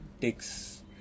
takes